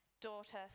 daughter